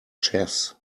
chess